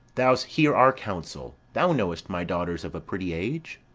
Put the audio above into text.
thou's hear our counsel. thou knowest my daughter's of a pretty age.